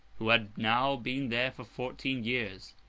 who had now been there for fourteen years